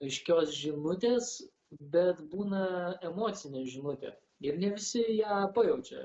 ryškios žinutės bet būna emocinė žinutė ir ne visi ją pajaučia